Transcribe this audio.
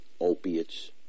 opiates